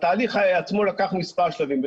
התהליך עצמו לקח מספר שלבים.